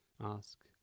Ask